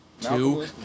two